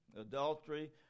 adultery